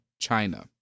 China